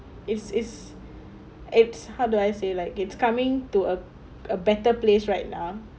it's it's it's how do I say like it's coming to a a better place right now